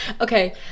Okay